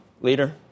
Leader